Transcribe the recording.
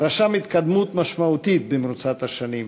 רשם התקדמות משמעותית במרוצת השנים,